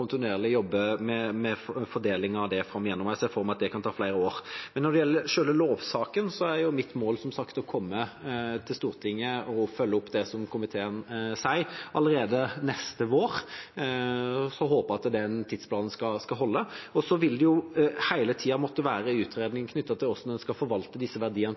av det. Jeg ser for meg at det kan ta flere år. Når det gjelder selve lovsaken, er mitt mål som sagt å komme til Stortinget og følge opp det som komiteen sier, allerede neste vår. Vi får håpe at den tidsplanen holder. Så vil det hele tida måtte være en utredning knyttet til hvordan en skal forvalte disse verdiene